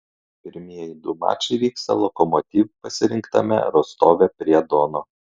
pirmieji du mačai vyksta lokomotiv pasirinktame rostove prie dono